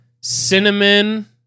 cinnamon